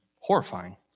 horrifying